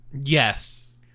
Yes